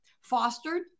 fostered